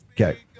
Okay